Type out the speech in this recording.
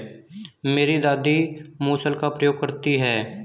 मेरी दादी मूसल का प्रयोग करती हैं